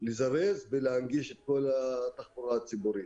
ומבקשים לזרז ולהנגיש את כל התחבורה הציבורית.